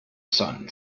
son